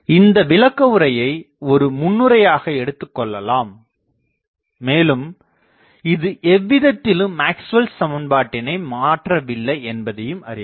இந்த விளக்கஉரையை ஒரு முன்னுரையாக எடுத்துக்கொள்ளலாம் மேலும் இது எவ்விதத்திலும் மேக்ஸ்வெல் Maxwell's சமன்பாட்டினை மாற்றவில்லை என்பதையும் அறியலாம்